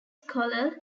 scholar